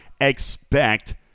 expect